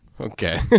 Okay